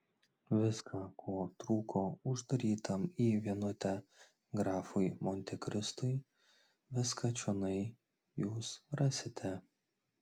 viską ko trūko uždarytam į vienutę grafui montekristui viską čionai jūs rasite